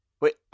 Wait